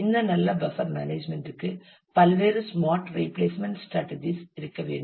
இந்த நல்ல buffer management க்கு பல்வேறு ஸ்மார்ட் ரீபிளேஸ்மென்ட் ஸ்ரேட்டஜிஸ் இருக்க வேண்டும்